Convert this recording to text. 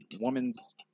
woman's